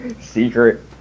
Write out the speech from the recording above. Secret